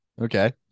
Okay